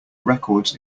records